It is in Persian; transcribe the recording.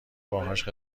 باهاش